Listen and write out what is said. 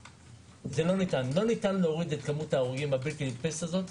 לא ניתן להוריד את כמות ההרוגים הבלתי נתפסת הזו,